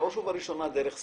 בראש ובראשונה דרך סיטיפס,